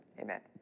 amen